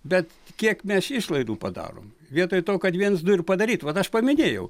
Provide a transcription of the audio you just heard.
bet kiek mes išlaidų padarom vietoj to kad viens du ir padaryti vat aš paminėjau